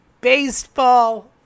baseball